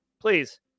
please